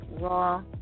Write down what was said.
Raw